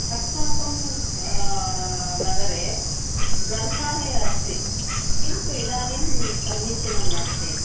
अस्माकं नगरे ग्रन्थालयः अस्ति किन्तु इदानीं समीचीनं नास्ति